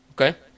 Okay